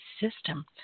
system